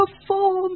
perform